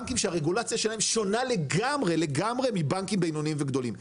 אלה בנקים שהרגולציה שלהם שונה לגמרי מבנקים בינוניים וגדולים.